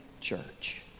church